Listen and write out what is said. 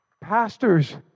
Pastors